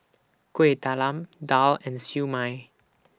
Kueh Talam Daal and Siew Mai